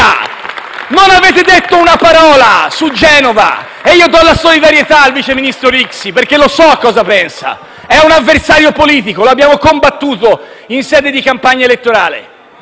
Non avete detto una parola su Genova. Io esprimo solidarietà al vice ministro Rixi perché lo so cosa pensa: è un avversario politico, lo abbiamo combattuto in sede di campagna elettorale.